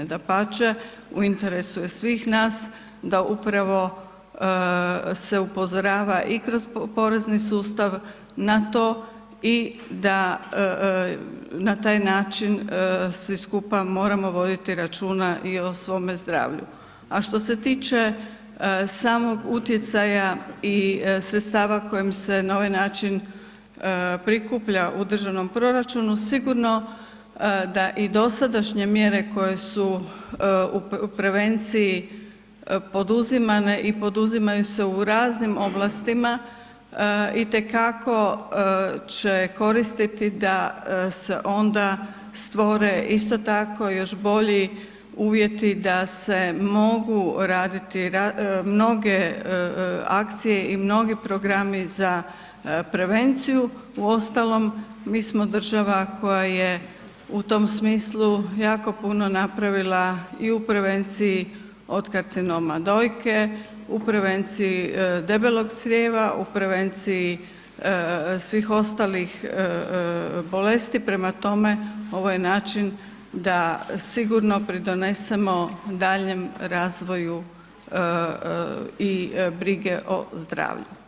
Dapače, u interesu je svih nas da upravo se upozorava i kroz porezni sustav na to i da na taj način vi skupa moramo voditi računa i o svom zdravlju a što se tiče samog utjecaja i sredstava kojim se na ovaj način prikuplja u državnom proračunu, sigurno da i dosadašnje mjere koje su u prevenciji poduzimane i poduzimaju se u raznim oblastima, itekako će koristiti da se onda stvore isto tako još bolji uvjeti da se mogu raditi mnoge akcije i mnogi programi za prevenciju, uostalom mi smo država koja je u tom smislu jako puno napravila o u prevenciji od karcinoma dojke, u prevenciji debelog crijeva, u prevenciji svih ostalih bolesti prema tome, ovo je način da sigurno pridonesemo daljnjem razvoju i brige o zdravlju.